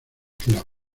club